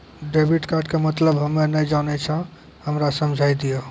Debit card के मतलब हम्मे नैय जानै छौ हमरा समझाय दियौ?